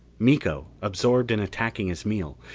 miko, absorbed in attacking his meal,